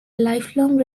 lifelong